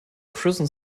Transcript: prison